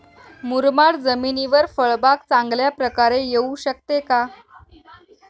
मुरमाड जमिनीवर फळबाग चांगल्या प्रकारे येऊ शकते का?